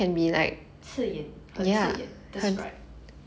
刺眼很刺眼 that's right